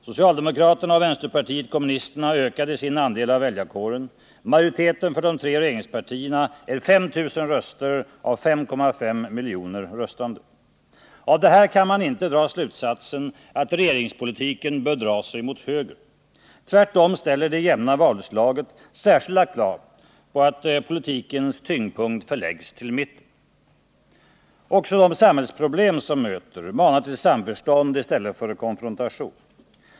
Socialdemokraterna och vpk ökade sin andel av väljarkåren. Av det kan man inte dra slutsatsen att regeringspolitiken bör dra sig ut mot höger. Tvärtom ställer det jämna valutslaget särskilda krav på att politikens tyngdpunkt förläggs till mitten. Också de samhällsproblem som möter manar till samförstånd i stället för konfrontation.